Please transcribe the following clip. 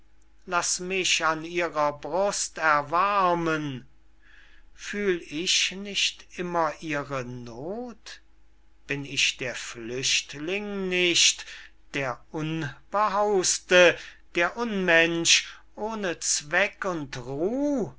laß mich an ihrer brust erwarmen fühl ich nicht immer ihre noth bin ich der flüchtling nicht der unbehaus'te der unmensch ohne zweck und ruh